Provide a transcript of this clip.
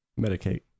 medicate